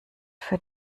für